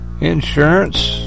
Insurance